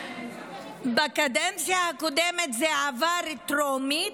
בקדנציה הקודמת זה עבר בטרומית,